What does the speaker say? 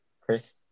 Chris